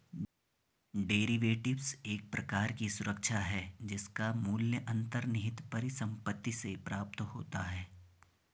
derivatives एक प्रकार की सुरक्षा है जिसका मूल्य अंतर्निहित परिसंपत्ति से प्राप्त होता है